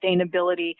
sustainability